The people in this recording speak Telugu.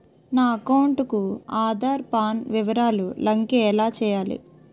నా అకౌంట్ కు ఆధార్, పాన్ వివరాలు లంకె ఎలా చేయాలి?